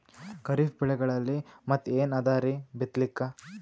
ಖರೀಫ್ ಬೆಳೆಗಳಲ್ಲಿ ಮತ್ ಏನ್ ಅದರೀ ಬಿತ್ತಲಿಕ್?